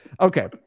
Okay